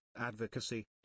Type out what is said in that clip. advocacy